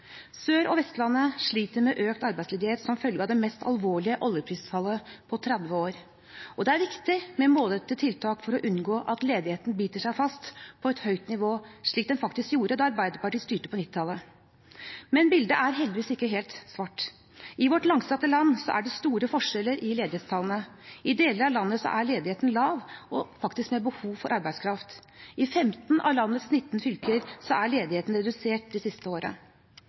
Sør- og Vestlandet sliter med økt arbeidsledighet som følge av det mest alvorlige oljeprisfallet på 30 år. Det er viktig med målrettede tiltak for å unngå at ledigheten biter seg fast på et høyt nivå, slik den faktisk gjorde da Arbeiderpartiet styrte på 1990-tallet. Men bildet er heldigvis ikke helt svart. I vårt langstrakte land er det store forskjeller i ledighetstallene. I deler av landet er ledigheten lav, det er faktisk behov for arbeidskraft. I 15 av landets 19 fylker er ledigheten redusert det siste året.